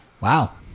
Wow